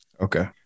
Okay